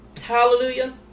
Hallelujah